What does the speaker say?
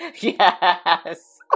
Yes